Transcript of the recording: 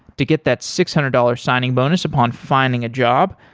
to get that six hundred dollars signing bonus upon finding a job,